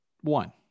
one